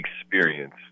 experience